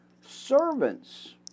servants